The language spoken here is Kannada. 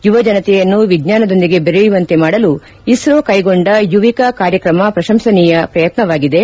ಯುವಜನತೆಯನ್ನು ವಿಜ್ಞಾನದೊಂದಿಗೆ ಬೆರೆಯುವಂತೆ ಮಾಡಲು ಇಸ್ರೋ ಕೈಗೊಂಡ ಯುವಿಕಾ ಕಾರ್ಯಕ್ರಮ ಪ್ರಶಂಸನೀಯ ಪ್ರಯತ್ತವಾಗಿದೆ